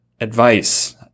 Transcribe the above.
advice